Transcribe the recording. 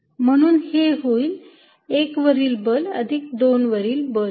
म्हणून हे होईल 1 वरील बल अधिक 2 वरील बल